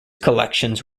collections